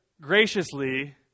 graciously